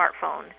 smartphone